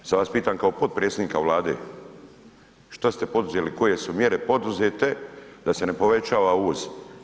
Sada vas pitam kao potpredsjednika Vlade, šta ste poduzeli, koje su mjere poduzete da se ne povećava uvoz?